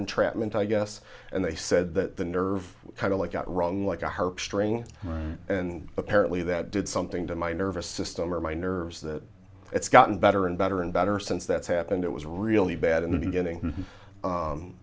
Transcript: entrapment i guess and they said that the nerve kind of like got wrong like a harp string and apparently that did something to my nervous system or my nerves that it's gotten better and better and better since that's happened it was really bad in the beginning